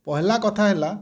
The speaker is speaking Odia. ପହଲା କଥା ହେଲା